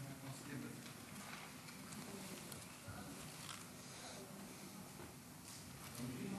אדוני